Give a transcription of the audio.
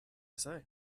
say